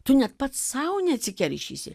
tu net pats sau neatsikeršysi